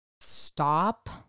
stop